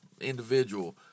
individual